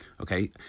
okay